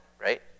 right